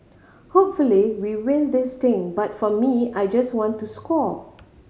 hopefully we win this thing but for me I just want to score